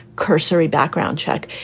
cursory background check,